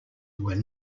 were